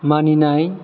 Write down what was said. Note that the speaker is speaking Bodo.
मानिनाय